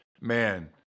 man